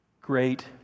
great